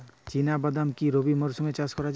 চিনা বাদাম কি রবি মরশুমে চাষ করা যায়?